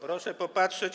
Proszę popatrzeć.